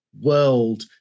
World